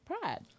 pride